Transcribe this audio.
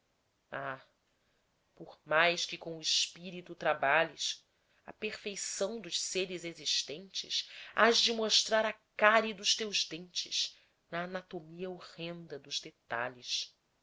por mais que com o espírito trabalhes a perfeição dos seres existentes hás de mostrar a cárie dos teus dentes na anatomia horrenda dos detalhes